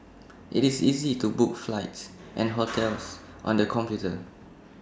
IT is easy to book flights and hotels on the computer